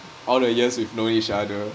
all the years we've know each other